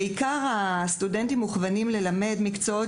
עיקר הסטודנטים מוכוונים ללמד מקצועות